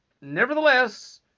nevertheless